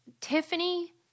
Tiffany